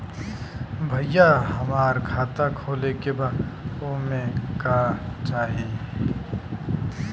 भईया हमार खाता खोले के बा ओमे का चाही?